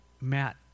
Matt